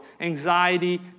Anxiety